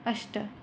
अष्ट